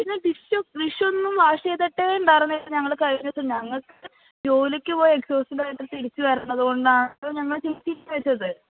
പിന്നെ ഡിഷ് ഡിഷൊന്നും വാഷ് ചെയ്തിട്ടേ ഉണ്ടായിരുന്നില്ല ഞങ്ങള് കഴിഞ്ഞ ദിവസം ഞങ്ങൾ ക്ക് ജോലിക്ക് പോയി എക്സ്ഹോസ്റ്റെഡായിട്ട് തിരിച്ചു വരണത് കൊണ്ടാണ് ഞങ്ങൾ ചേച്ചീനെ വെച്ചത്